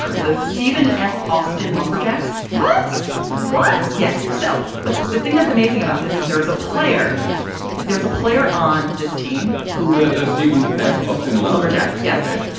ah the stephen f. austin lumberjacks. what's what? yes. so but the thing that's amazing about this is there is a player really good. there's a player on this team who the stephen f? austin lumberjacks yesterday,